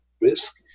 risk